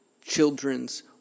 children's